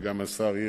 וגם השר הירשזון,